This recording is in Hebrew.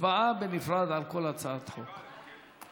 הצבעה בנפרד על כל הצעת חוק.